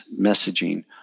messaging